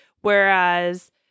Whereas